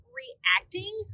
reacting